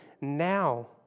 now